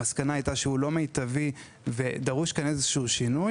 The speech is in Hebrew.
המסקנה הייתה שהוא לא מיטבי ושדרוש כאן איזה שהוא שינוי.